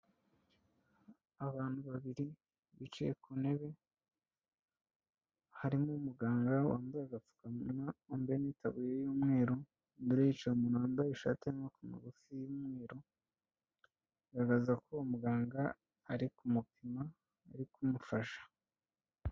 Abantu babiri bicaye ku ntebe, harimo umuganga wambaye agapfukamunwa, wambaye n'itaburiya y'umweru, imbere ye hicaye umuntu wambaye ishati y'amaboko magufi y'umweru, biragaragaza ko uwo muganga ari kumupima, ari kumufasha.